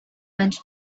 went